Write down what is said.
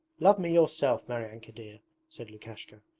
love me yourself, maryanka dear said lukashka,